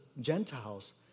Gentiles